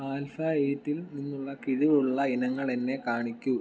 alpha എയ്റ്റ്ത്തിൽ നിന്നുള്ള കിഴിവുള്ള ഇനങ്ങൾ എന്നെ കാണിക്കൂ